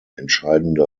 entscheidende